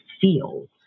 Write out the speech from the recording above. feels